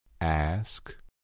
Ask